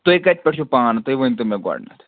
تُہۍ کَتہِ پیٚٹھٕ چھِو پانہٕ تُہۍ ؤنۍتو مےٚ گۄڈٕنیٚتھ